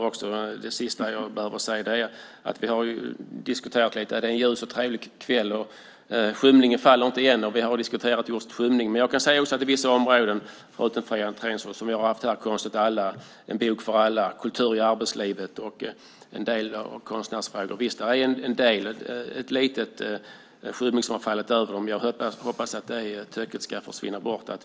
Det är en ljus och trevlig kväll. Skymningen faller inte än, men vi har just diskuterat just skymning. På vissa områden, när det gäller fri entré, Konst åt alla, En bok för alla och Kultur i arbetslivet och en del konstnärsfrågor, är det en liten skymning som fallit. Jag hoppas att det töcknet ska försvinna bort.